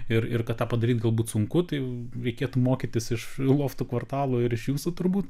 ir ir kad tą padaryt galbūt sunku tai reikėtų mokytis iš loftų kvartalo ir iš jūsų turbūt